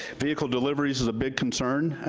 vehicle deliveries is a big concern.